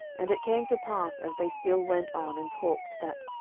and it came to pass, as they still went on, and talked, that,